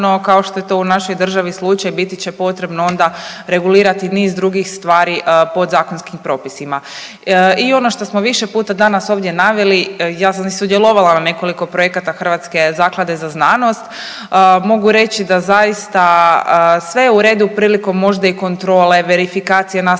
kao što je to u našoj državi slučaj biti će potrebno onda regulirati niz drugih stvari podzakonskim propisima. I ono što smo više puta danas ovdje naveli, ja sam i sudjelovala na nekoliko projekata Hrvatske zaklade za znanost. Mogu reći da zaista sve je u redu prilikom možda i kontrole, verifikacije nastalih